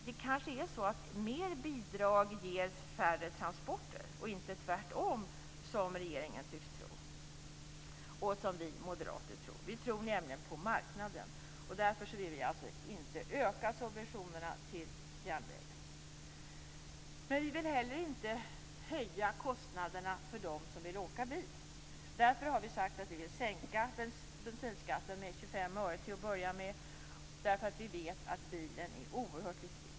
Det kanske är så att mer bidrag ger färre transporter och inte tvärtom, som regeringen tycks tro. Vi moderater tror på marknaden, och därför vill vi inte öka subventionerna till järnvägen. Vi vill heller inte höja kostnaderna för dem som vill åka bil. Därför har vi sagt att vi vill sänka bensinskatten med 25 öre till att börja med. Vi vet nämligen att bilen är oerhört viktig.